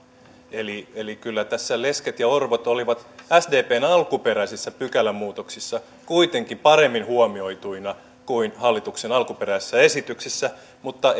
eli eli kyllä tässä lesket ja orvot olivat sdpn alkuperäisissä pykälämuutoksissa kuitenkin paremmin huomioituina kuin hallituksen alkuperäisessä esityksessä mutta